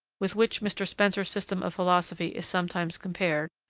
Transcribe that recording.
with which mr. spencer's system of philosophy is sometimes compared,